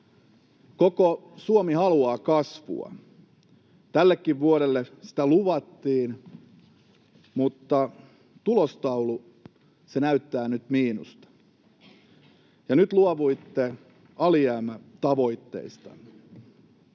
koko Suomi haluaa kasvua. Tällekin vuodelle sitä luvattiin, mutta tulostaulu — se näyttää nyt miinusta. Ja nyt luovuitte alijäämätavoitteistanne.